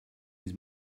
his